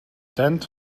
tent